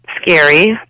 Scary